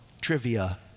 trivia